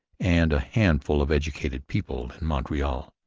and a handful of educated people in montreal,